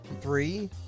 three